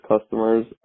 customers